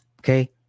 Okay